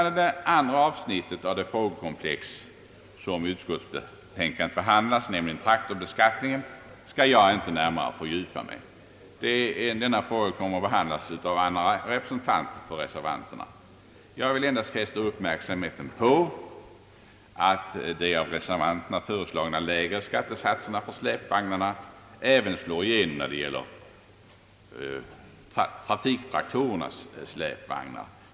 Det andra avsnittet i det frågekomplex som utskottsbetänkandet behandlar, nämligen traktorbeskattningen, skall jag inte närmare fördjupa mig i. Denna fråga kommer att behandlas av andra företrädare för reservanterna. Jag vill endast fästa uppmärksamheten på att de av reservanterna föreslagna lägre skattesatserna för släpvagnarna även slår igenom när det gäller trafiktraktorernas släpvagnar.